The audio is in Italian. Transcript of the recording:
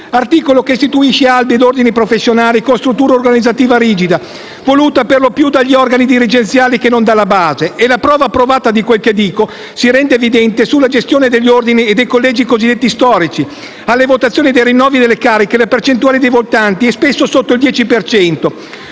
articolo che istituisce albi e ordini professionali con struttura organizzativa rigida, voluta per lo più dagli organi dirigenziali che non dalla base. La prova provata di quel che dico si rende evidente nella gestione degli ordini e dei collegi cosiddetti storici: alle votazioni dei rinnovi delle cariche la percentuale dei votanti è spesso sotto il 10